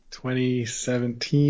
2017